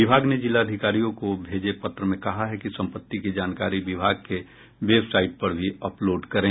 विभाग ने जिलाधिकारियों को भेजे पत्र में कहा है कि सम्पत्ति की जानकारी विभाग के वेबसाईट पर भी अपलोड करे